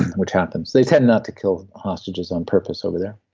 which happens they tend not to kill hostages on purpose over there,